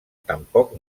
tampoc